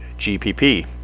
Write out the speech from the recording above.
GPP